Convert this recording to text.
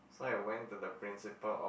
so I went to the principal off~